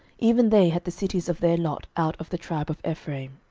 even they had the cities of their lot out of the tribe of ephraim.